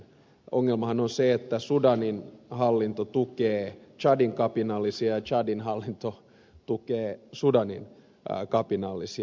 ongelmahan on se että sudanin hallinto tukee tsadin kapinallisia ja tsadin hallinto tukee sudanin kapinallisia